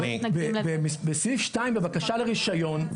בסעיף 2 בבקשה לרישיון,